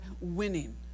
winning